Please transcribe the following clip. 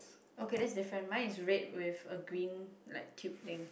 okay that's different mine is red with a green like tube thing